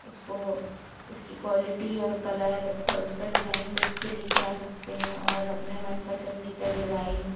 उसको उसकी क्वालिटी और कलर और उसका डिज़ाइन देखके लेकर आ सकते हैं और अपने मन पसंदीदा डिजाइन